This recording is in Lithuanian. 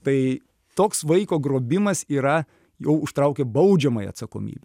tai toks vaiko grobimas yra jau užtraukia baudžiamąją atsakomybę